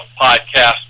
podcast